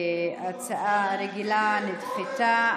ההצעה הרגילה נדחתה.